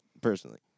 personally